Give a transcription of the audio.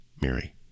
Mary